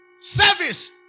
Service